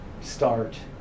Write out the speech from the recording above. start